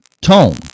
tone